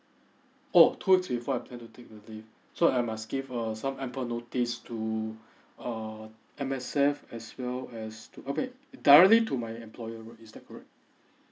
oh two before I plan to take the leave so I must give a some ample notice to err M_S_F as well as to okay directly to my employer right is that correct